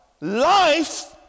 life